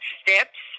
steps